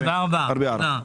תודה רבה.